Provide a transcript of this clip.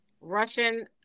Russian